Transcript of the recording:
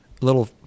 little